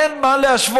אין מה להשוות,